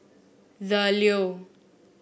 The Leo